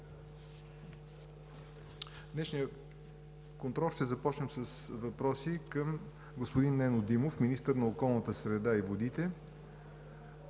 Днешния контрол ще започнем с въпроси към господин Нено Димов – министър на околната среда и водите,